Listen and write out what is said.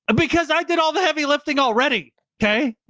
because i did all the heavy lifting already. okay.